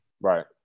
Right